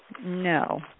No